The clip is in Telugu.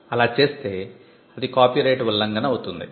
అలా చేస్తే అది కాపీరైట్ ఉల్లంఘన అవుతుంది